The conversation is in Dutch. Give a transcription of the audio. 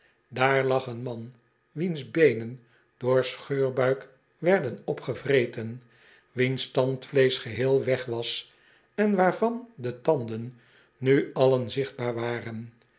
daar lag een man wiens beenen door scheurbuik werden opgevreten wiens tandvleesch geheel weg was en waarvan de tanden nu allen zichtbaar waren